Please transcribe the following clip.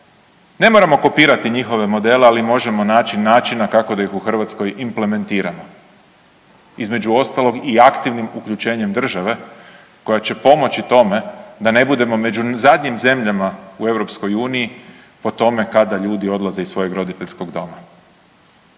ne moramo kopirati njihove modele, ali možemo naći načina kako da ih u Hrvatskoj implementiramo. Između ostalog i aktivnim uključenjem države koja će pomoći tome da ne budemo među zadnjim zemljama u EU po tome kada ljudi odlaze iz svojeg roditeljskog doma.